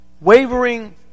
wavering